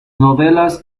novelas